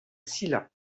silla